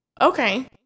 okay